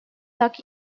так